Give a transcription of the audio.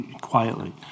quietly